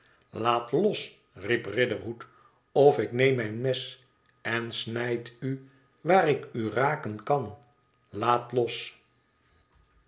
laat losl riep riderhood of ik neem mijn mes en snijd u waar ik u raken kan laat los